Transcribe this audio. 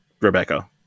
Rebecca